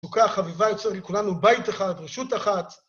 וכך חביבה יוצא לכולנו בית אחד, רשות אחת.